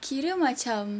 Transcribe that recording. kira macam